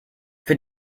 für